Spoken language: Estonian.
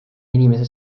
inimese